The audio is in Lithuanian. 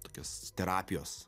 tokios terapijos